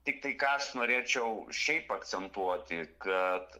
tiktai ką aš norėčiau šiaip akcentuoti kad